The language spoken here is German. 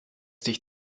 dich